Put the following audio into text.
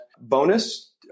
bonus